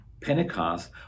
Pentecost